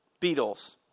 Beatles